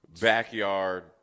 backyard